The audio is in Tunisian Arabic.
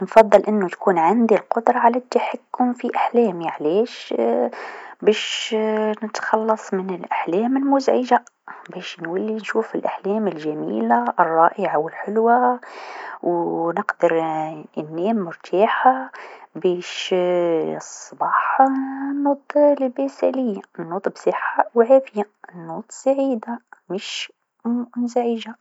نفضل أنو تكون عندي القدره على التحكم في أحلامي علاش باش نتخلص من الأحلام المزعجه باش نولي نشوف الأحلام الجميله الرائعه و الحلوه و نقدر أنام مرتاحه باش الصباح أنوض لباس عليا أنوض بصحه و عافيه أنوض سعيده مش مزعجه.